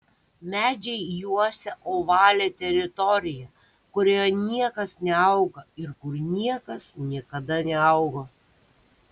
medžiai juosia ovalią teritoriją kurioje niekas neauga ir kur niekas niekada neaugo